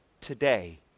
today